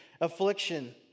affliction